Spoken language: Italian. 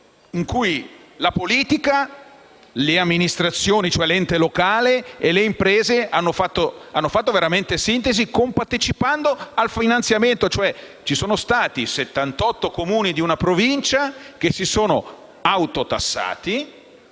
che la politica, le amministrazioni (cioè l'ente locale) e le imprese hanno fatto veramente sintesi compartecipando al finanziamento: 78 Comuni di una Provincia si sono autotassati